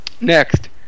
Next